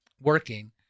working